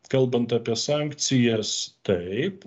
kalbant apie sankcijas taip